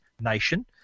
nation